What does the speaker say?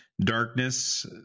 darkness